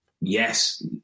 yes